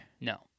no